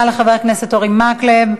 תודה רבה לחבר הכנסת אורי מקלב.